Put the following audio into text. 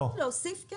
פשוט להוסיף --- לא.